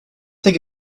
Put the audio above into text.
think